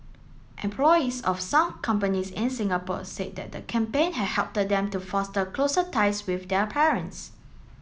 employees of some companies in Singapore said that the campaign has help them to foster closer ties with their parents